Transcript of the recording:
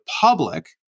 public